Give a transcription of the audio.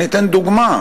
אני אתן דוגמה.